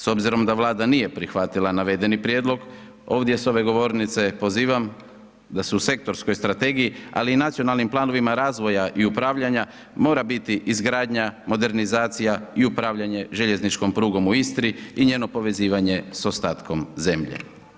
S obzirom da Vlada nije prihvatila navedeni prijedlog, ovdje s ove govornice pozivam da su u sektorskoj strategiji ali i nacionalnim planovima razvoja i upravljanja mora biti izgradnja, modernizacija i upravljanje željezničkom prugom u Istri i njeno povezivanje s ostatkom zemlje.